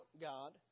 God